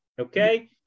okay